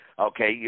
Okay